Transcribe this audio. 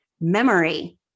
memory